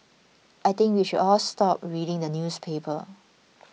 I think we should all stop reading the newspaper